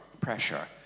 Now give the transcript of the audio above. pressure